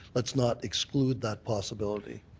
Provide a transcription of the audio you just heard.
let's not exclude that possibility.